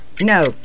no